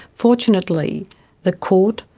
fortunately the court,